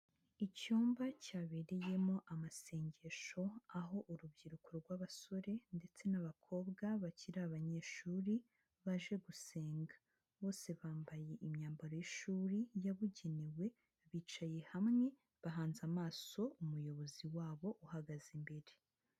Icyumba cyabereyemo amasengesho, aho urubyiruko rw'abasore ndetse n'abakobwa bakiri abanyeshuri baje gusenga, bose bambaye imyambaro y'ishuri yabugenewe bicaye hamwe, bahanze amaso umuyobozi wabo uhagaze imbere.